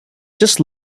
just